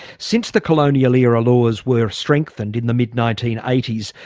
since the colonial-era laws were strengthened in the mid nineteen eighty s,